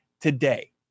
today